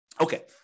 Okay